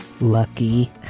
Lucky